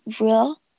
real